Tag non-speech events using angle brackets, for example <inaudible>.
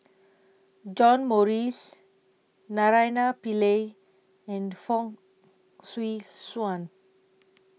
John Morrice Naraina Pillai and Fong <hesitation> Swee Suan